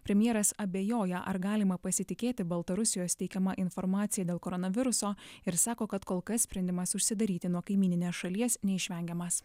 premjeras abejoja ar galima pasitikėti baltarusijos teikiama informacija dėl koronaviruso ir sako kad kol kas sprendimas užsidaryti nuo kaimyninės šalies neišvengiamas